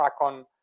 on